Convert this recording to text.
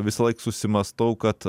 visąlaik susimąstau kad